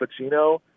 Pacino